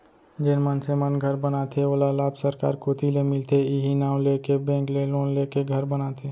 जेन मनसे मन घर बनाथे ओला लाभ सरकार कोती ले मिलथे इहीं नांव लेके बेंक ले लोन लेके घर बनाथे